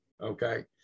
okay